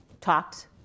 talked